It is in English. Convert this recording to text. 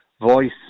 voice